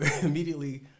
immediately